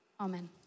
Amen